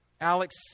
Alex